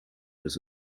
was